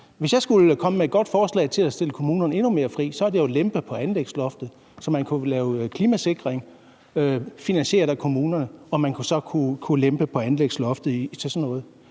Hvis jeg skulle komme med et godt forslag til at sætte kommunerne endnu mere fri, er det at lempe på anlægsloftet, så man kunne lave klimasikring finansieret af kommunerne – at man så kunne lempe på anlægsloftet til sådan noget.